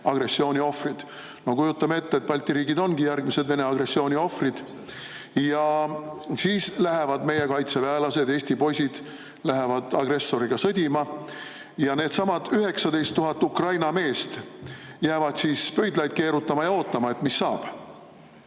agressiooni ohvrid. No kujutame ette, et Balti riigid ongi järgmised Vene agressiooni ohvrid. Siis lähevad meie kaitseväelased, Eesti poisid agressoriga sõdima, aga needsamad 19 000 Ukraina meest jäävad siin pöidlaid keerutama ja ootama, et mis saab